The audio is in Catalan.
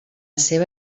seva